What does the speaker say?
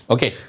Okay